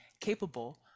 capable